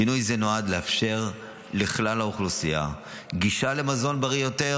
שינוי זה נועד לאפשר לכלל האוכלוסייה גישה למזון בריא יותר,